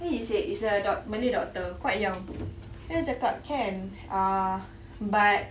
then he said is a doc~ malay doctor quite young then dia cakap can ah but